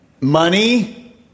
Money